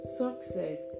success